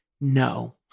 no